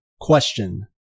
Question